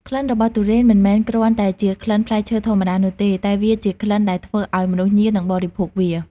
ក្លិនរបស់ទុរេនមិនមែនគ្រាន់តែជាក្លិនផ្លែឈើធម្មតានោះទេ តែវាជាក្លិនដែលធ្វើឲ្យមនុស្សញៀននឹងបរិភោគវា។